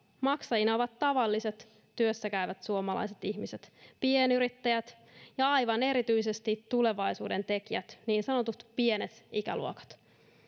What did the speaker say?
maksajina ovat tavalliset työssä käyvät suomalaiset ihmiset pienyrittäjät ja aivan erityisesti tulevaisuuden tekijät niin sanotut pienet ikäluokat